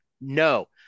No